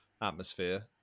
atmosphere